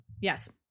Yes